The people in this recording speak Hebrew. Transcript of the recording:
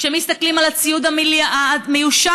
כשמסתכלים על הציוד המיושן,